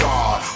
God